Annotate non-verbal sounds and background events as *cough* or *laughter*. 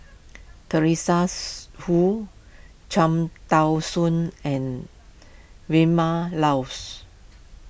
Teresa *unintelligible* Hsu Cham Tao Soon and Vilma Laus